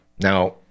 Now